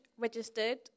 registered